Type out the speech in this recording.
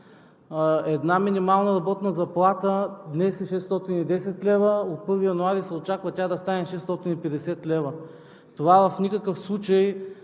Една минимална работна заплата днес е 610 лв., от 1 януари се очаква тя да стане 650 лв. Това в никакъв случай